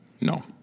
No